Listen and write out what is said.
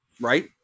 right